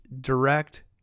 direct